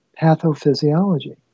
pathophysiology